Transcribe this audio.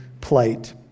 plight